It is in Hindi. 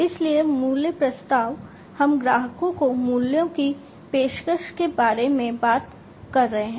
इसलिए मूल्य प्रस्ताव हम ग्राहकों को मूल्यों की पेशकश के बारे में बात कर रहे हैं